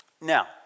Now